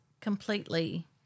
completely